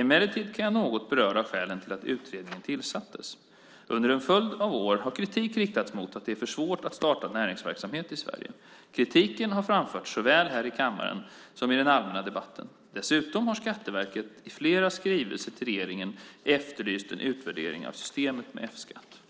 Emellertid kan jag något beröra skälen till att utredningen tillsattes. Under en följd av år har kritik riktats mot att det är för svårt att starta näringsverksamhet i Sverige. Kritiken har framförts såväl här i kammaren som i den allmänna debatten. Dessutom har Skatteverket i flera skrivelser till regeringen efterlyst en utvärdering av systemet med F-skatt.